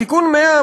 תיקון 100,